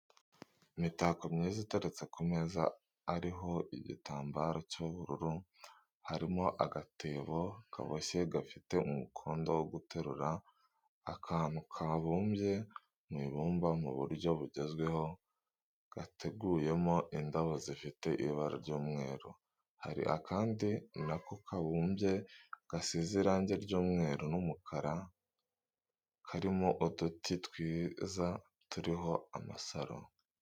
Imitako myiza iteretse ku meza ariho igitamabaro cy'ubururu, harimo agatebo kaboshye gafite umukondo wo guterura, akantu kabumye mu ibumba mu buryo bugezweho, gateguyemo indabo zifite ibara ry'umweru, hari akandi na ko kabumbye gasize irangi ry'umweru n'umukara karimo uduti twiza turiho amasaro.